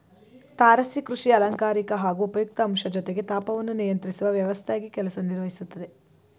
ತಾರಸಿ ಕೃಷಿ ಅಲಂಕಾರಿಕ ಹಾಗೂ ಉಪಯುಕ್ತ ಅಂಶ ಜೊತೆಗೆ ತಾಪವನ್ನು ನಿಯಂತ್ರಿಸುವ ವ್ಯವಸ್ಥೆಯಾಗಿ ಕೆಲಸ ನಿರ್ವಹಿಸ್ತದೆ